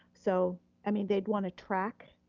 so i mean, they'd want a track,